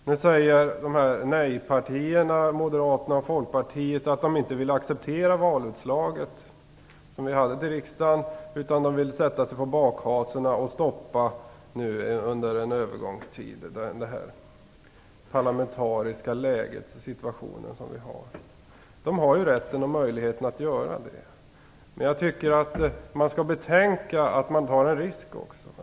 Nu säger nej-partierna, Moderaterna och Folkpartiet, att de inte vill acceptera valutslaget i valet till riksdagen, utan de vill sätta sig på bakhasorna och i det parlamentariska läge vi nu har stoppa förslaget under en övergångstid. De har rätten och möjligheten att göra det. Men jag tycker att de skall betänka att de också tar en risk.